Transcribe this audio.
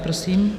Prosím.